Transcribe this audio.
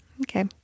Okay